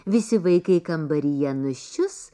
visi vaikai kambaryje nuščius